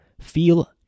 feel